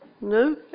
No